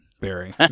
Barry